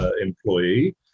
employee